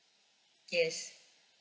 yes